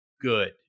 good